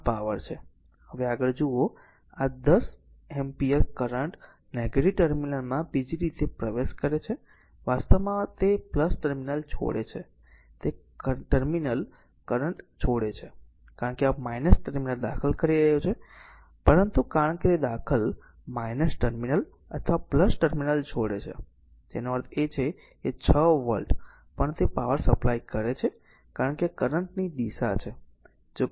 હવે આગળ આ જુઓ આ 10 એમ્પીયર કરંટ નેગેટીવ ટર્મિનલમાં બીજી રીતે પ્રવેશ કરે છે વાસ્તવમાં તે ટર્મિનલ છોડે છે તે કરંટ છોડે છે કારણ કે આ ટર્મિનલ દાખલ કરી રહ્યું છે પરંતુ કારણ કે તે દાખલ ટર્મિનલ અથવા ટર્મિનલ છોડે છે તેનો અર્થ એ છે કે 6 વોલ્ટ પણ તે પાવર સપ્લાય કરે છે કારણ કે આ કરંટ ની દિશા છે